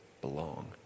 belong